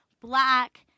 black